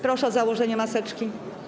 Proszę o założenie maseczki.